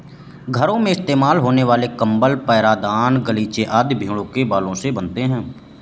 घरों में इस्तेमाल होने वाले कंबल पैरदान गलीचे आदि भेड़ों के बालों से बनते हैं